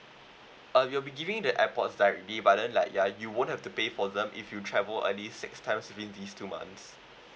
uh you'll be giving the airpods directly but then like ya you won't have to pay for them if you travel at least six times within these two months